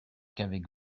qu’avec